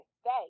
stay